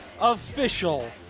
official